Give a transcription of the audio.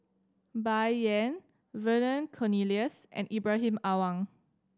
Bai Yan Vernon Cornelius and Ibrahim Awang